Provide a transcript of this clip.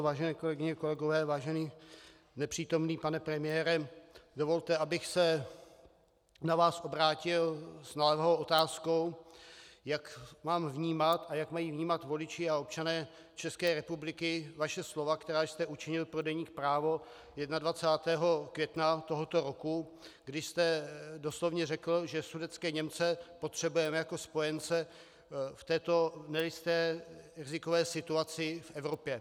Vážené kolegyně a kolegové, vážený nepřítomný pane premiére, dovolte, abych se na vás obrátil s naléhavou otázkou, jak mám vnímat a jak mají vnímat voliči a občané České republiky vaše slova, která jste učinil pro deník Právo 21. května tohoto roku, kdy jste doslovně řekl, že sudetské Němce potřebujeme jako spojence v této nejisté rizikové situaci v Evropě.